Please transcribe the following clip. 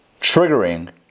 triggering